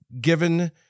given